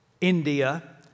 India